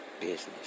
business